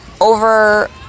over